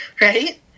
right